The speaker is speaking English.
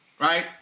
right